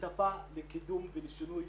שיטפלו במשפחה